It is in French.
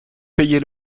payer